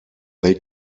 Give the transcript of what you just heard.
they